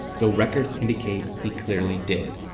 the records indicate he clearly did.